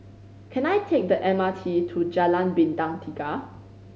can I take the M R T to Jalan Bintang Tiga